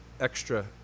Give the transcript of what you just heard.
extra